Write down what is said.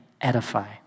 edify